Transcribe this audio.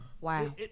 Wow